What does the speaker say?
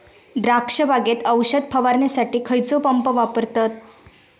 द्राक्ष बागेत औषध फवारणीसाठी खैयचो पंप वापरतत?